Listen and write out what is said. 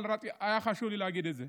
אבל היה חשוב לי להגיד את זה.